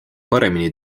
paremini